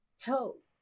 help